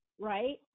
right